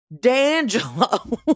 D'Angelo